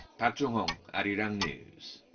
park jong-hong, arirang news.